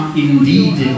indeed